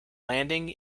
landing